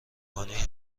کنی